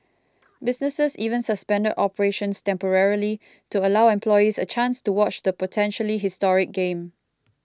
businesses even suspended operations temporarily to allow employees a chance to watch the potentially historic game